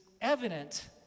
evident